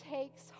takes